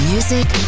Music